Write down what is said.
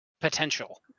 potential